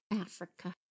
Africa